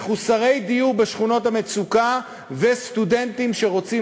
מחוסרי דיור בשכונות המצוקה וסטודנטים שרוצים